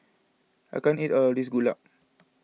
I can't eat all of this Gulab